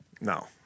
No